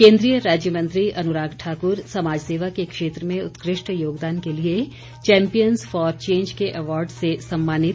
केंद्रीय राज्य मंत्री अनुराग ठाकुर समाज सेवा के क्षेत्र में उत्कृष्ट योगदान के लिए चैम्पियनस फॉर चेंज के अवार्ड से सम्मानित